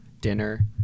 dinner